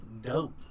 dope